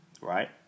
right